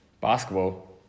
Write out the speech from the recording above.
basketball